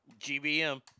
GBM